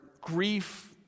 grief